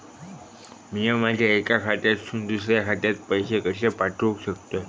मी माझ्या एक्या खात्यासून दुसऱ्या खात्यात पैसे कशे पाठउक शकतय?